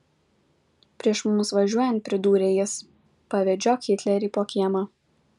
prieš mums važiuojant pridūrė jis pavedžiok hitlerį po kiemą